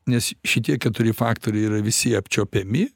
nes šitie keturi faktoriai yra visi apčiuopiami